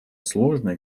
сложной